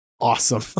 awesome